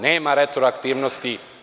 Nema retroaktivnosti.